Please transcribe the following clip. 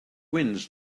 winds